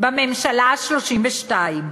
בממשלה ה-32.